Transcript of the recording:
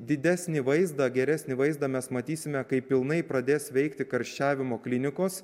didesnį vaizdą geresnį vaizdą mes matysime kai pilnai pradės veikti karščiavimo klinikos